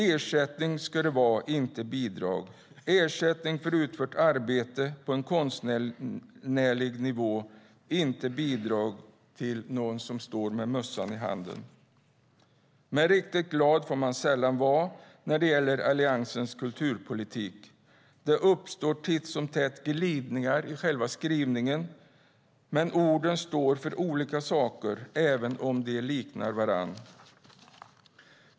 Ersättning ska det vara, inte bidrag. Det ska vara ersättning för utfört arbete på en konstnärlig nivå, inte bidrag till någon som står med mössan i handen. Men riktigt glad får man sällan vara när det gäller Alliansens kulturpolitik. Det uppstår titt som tätt glidningar i själva skrivningen, men orden står för olika saker även om de liknar varandra.